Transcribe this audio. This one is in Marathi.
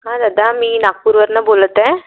हां दादा मी नागपूरवरून बोलत आहे